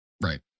Right